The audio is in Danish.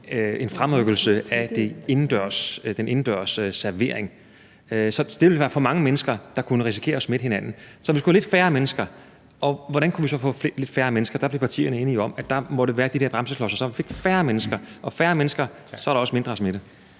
en fremrykkelse af den indendørs servering. Det ville være for mange mennesker, der kunne risikere at smitte hinanden. Så vi skulle have lidt færre mennesker, og hvordan kunne vi så få lidt færre mennesker? Der blev partierne enige om, at der måtte være de der bremseklodser, så vi fik færre mennesker. Når der er færre mennesker, er der også mindre smitte.